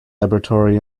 laboratory